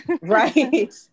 Right